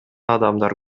адамдар